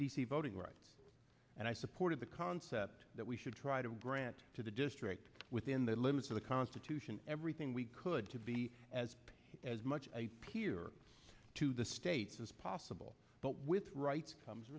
c voting rights and i supported the concept that we should try to grant to the district within the limits of the constitution everything we could to be as as much a peer to the states as possible but with rights comes